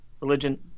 religion